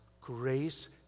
grace